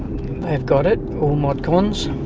they've got it, all mod cons.